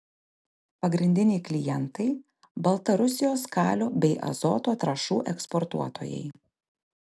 pagrindiniai klientai baltarusijos kalio bei azoto trąšų eksportuotojai